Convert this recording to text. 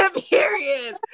Period